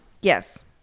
Yes